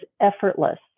effortless